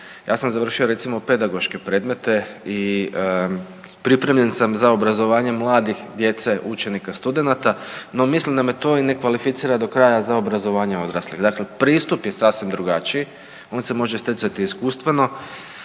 Ja sam završio recimo pedagoške predmete i pripremljen sam za obrazovanje mladih, djece, učenika, studenata no mislim da me to i ne kvalificira do kraja za obrazovanje odraslih. Dakle, pristup je sasvim drugačiji. On se može stjecati iskustveno,